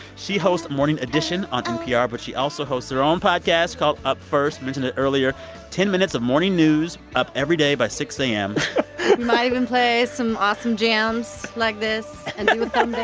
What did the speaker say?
she hosts morning edition on npr, but she also hosts her own podcast called up first, i mentioned it earlier ten minutes of morning news up every day by six a m might even play some awesome jams like this and do a thumb